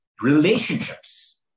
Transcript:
Relationships